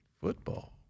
football